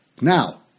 Now